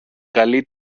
καλή